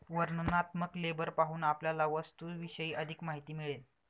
वर्णनात्मक लेबल पाहून आपल्याला वस्तूविषयी अधिक माहिती मिळेल